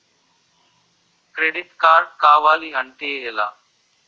Credit card కావాలి అంటే ఎలా?